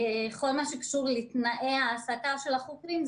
בכל מה שקשור לתנאי העסקה של החוקרים,